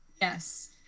Yes